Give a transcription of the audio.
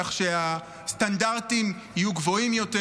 כך שהסטנדרטים יהיו גבוהים יותר,